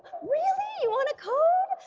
really? you wanna code?